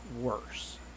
worse